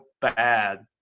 bad